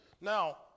Now